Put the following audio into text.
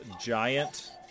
giant